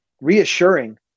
reassuring